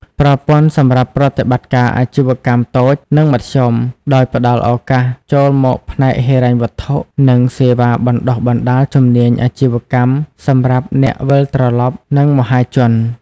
ប្រព័ន្ធសម្រាប់ប្រតិបត្តិការអាជីវកម្មតូច និងមធ្យម ដោយផ្ដល់ឱកាសចូលមកផ្នែកហិរញ្ញវត្ថុ និងសេវាបណ្តុះបណ្តាលជំនាញពាណិជ្ជកម្មសម្រាប់អ្នកវិលត្រឡប់ និងមហាជន។